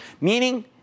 meaning